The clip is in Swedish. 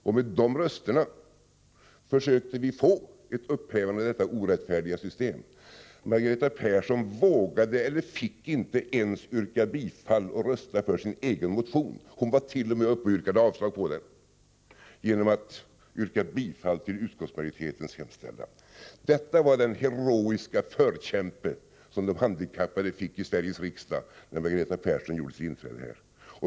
Med mitt partis röster försökte vi få ett upphävande av detta orättfärdiga system. Margareta Persson vågade eller fick inte ens yrka bifall till eller rösta för sin egen motion. Hon vart.o.m. uppe och yrkade avslag på den genom att yrka bifall till utskottsmajoritetens hemställan. Detta var den heroiska förkämpe som de handikappade fick i Sveriges riksdag när Margareta Persson gjorde sitt inträde här.